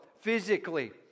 physically